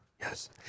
yes